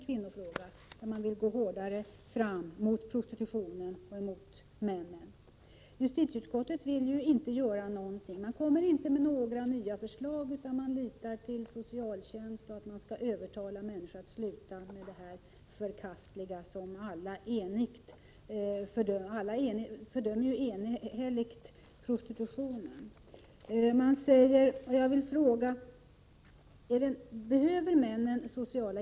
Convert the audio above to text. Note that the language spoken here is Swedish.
Kvinnorna vill gå hårdare fram mot prostitutionen och mot männen. Justitieutskottet vill inte göra någonting. Man kommer inte med några nya förslag, utan man litar till att socialtjänsten skall övertala människor att sluta med detta förkastliga; alla fördömer ju enhälligt prostitutionen.